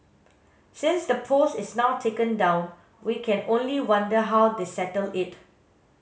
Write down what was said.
since the post is now taken down we can only wonder how they settled it